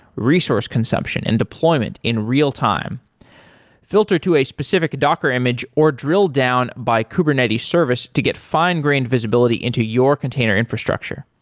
resource consumption and deployment in real time filter to a specific docker image or drill down by kubernetes service to get fine-grained visibility into your container infrastructure.